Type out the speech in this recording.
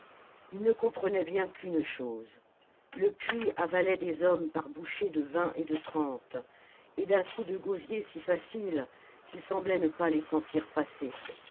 il ne comprenait bien qu'une chose le puits avalait des hommes par bouchées de vingt et de trente et d'un coup de gosier si facile qu'il semblait ne pas les sentir passer